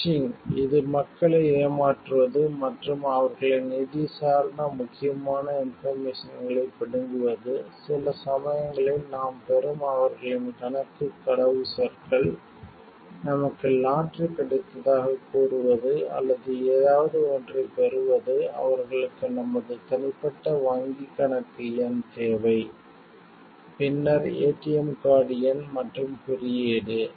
phishing இது மக்களை ஏமாற்றுவது மற்றும் அவர்களின் நிதி சார்ந்த முக்கியமான இன்போர்மேசன்களைப் பிடுங்குவது சில சமயங்களில் நாம் பெறும் அவர்களின் கணக்குக் கடவுச்சொற்கள் நமக்கு லாட்டரி கிடைத்ததாகக் கூறுவது அல்லது ஏதாவது ஒன்றைப் பெறுவது அவர்களுக்கு நமது தனிப்பட்ட வங்கிக் கணக்கு எண் தேவை பின்னர் ஏடிஎம் கார்டு எண் மற்றும் குறியீடு